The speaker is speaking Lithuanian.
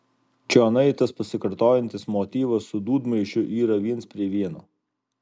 čionai tas pasikartojantis motyvas su dūdmaišiu yra viens prie vieno